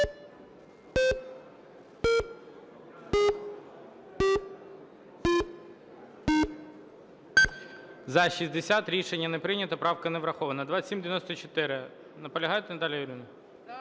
За-60 Рішення не прийнято, правка не врахована. 2794, наполягаєте, Наталія Юріївна?